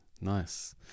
nice